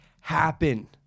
happen